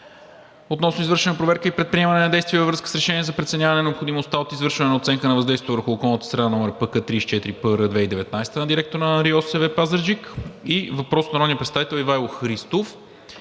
относно извършена проверка и предприемане на действия във връзка с решение за преценяване на необходимостта от извършване на оценка на въздействието върху околната среда, № ПК-34-ПР/2019 г., на директора на РИОСВ – Пазарджик; - въпрос от Ивайло Христов